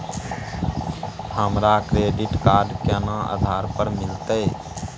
हमरा credit card केना आधार पर मिलते?